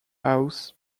house